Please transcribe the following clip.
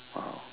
!wow!